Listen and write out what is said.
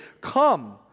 Come